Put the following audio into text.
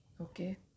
Okay